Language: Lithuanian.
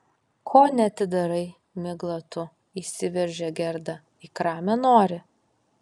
ko neatidarai migla tu įsiveržė gerda į kramę nori